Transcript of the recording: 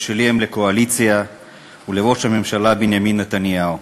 שלי הן לקואליציה ולראש הממשלה בנימין נתניהו.